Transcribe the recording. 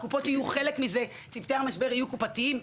ושהקופות יהיו חלק מזה צוותי המשבר יהיו קופתיים,